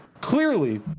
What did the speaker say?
clearly